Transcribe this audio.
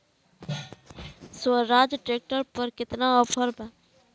Swaraj tractor पर केतना offer बा?